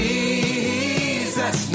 Jesus